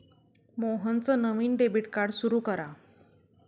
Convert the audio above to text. मोहनचं नवं debit card सुरू करा